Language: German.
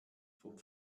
vom